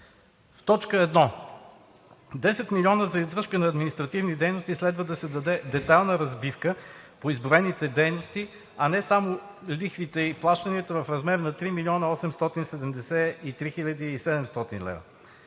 В т. 1 – 10 милиона за издръжка на административни дейности следва да се даде детайлна разбивка по изброените дейности, а не само лихвите и плащанията в размер на 3 млн. 873 хил. 700 лв.